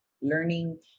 learning